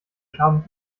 schaffen